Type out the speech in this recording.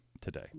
today